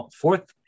fourth